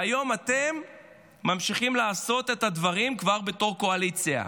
והיום אתם ממשיכים לעשות את הדברים כבר בתור קואליציה.